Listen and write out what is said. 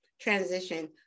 transition